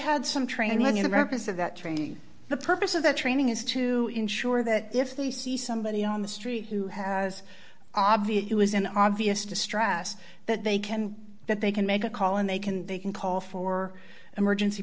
had some training in americus of that training the purpose of that training is to ensure that if they see somebody on the street who has obviously was in obvious distress that they can that they can make a call and they can they can call for emergency